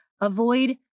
Avoid